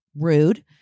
rude